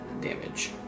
damage